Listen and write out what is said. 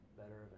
better